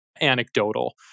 anecdotal